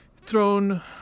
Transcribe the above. thrown